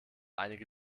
einige